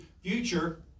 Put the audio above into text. future